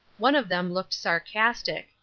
one of them looked sarcastic.